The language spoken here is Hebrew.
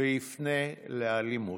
ויפנה לאלימות.